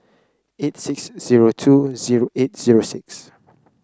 eight six zero two zero eight zero six